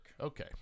okay